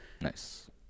Nice